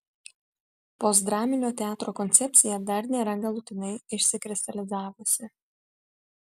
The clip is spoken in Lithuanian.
postdraminio teatro koncepcija dar nėra galutinai išsikristalizavusi